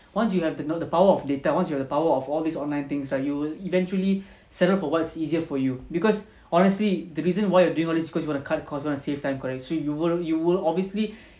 once you have the power of data once you have the power of all this online things right you will eventually settle for what is easier for you because honestly the reason why you are doing all this is because you want to cut cost you want to save time correct so you will you will obviously